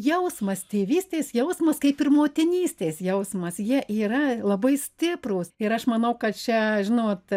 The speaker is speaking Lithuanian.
jausmas tėvystės jausmas kaip ir motinystės jausmas jie yra labai stiprūs ir aš manau kad čia žinot